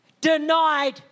denied